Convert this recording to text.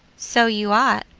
so you ought,